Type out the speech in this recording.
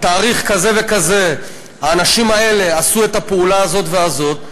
בתאריך כזה וכזה האנשים האלה עשו את הפעולה הזאת והזאת,